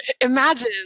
Imagine